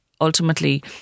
ultimately